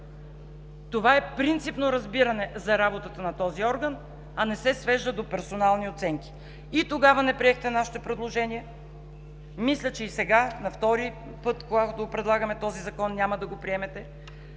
Това е принципно разбиране за работата на този орган, а не се свежда до персонални оценки. И тогава не приехте нашите предложения, мисля, че и сега – втори път, когато предлагаме този закон, няма да го приемете,